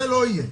זה לא יהיה,